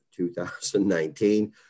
2019